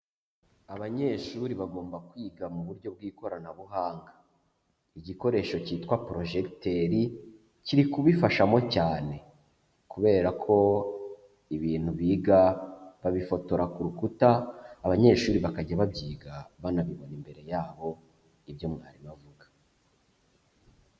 Abanyeshuri bagomba kwiga mu buryo bw'ikoranabuhanga, igikoresho cyitwa projecteur kiri kubifashamo cyane kubera ko ibintu biga babifotora ku rukuta abanyeshuri bakajya babyiga banabibona imbere yabo ibyo mwarimu avuga.